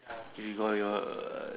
you got your err